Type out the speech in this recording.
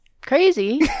crazy